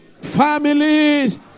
families